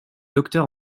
docteur